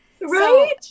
Right